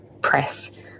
press